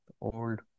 old